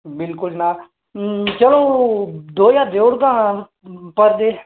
बिल्कुल जनाब चलो दो ज्हार देई ओड़गा पर डे